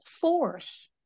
force